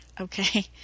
Okay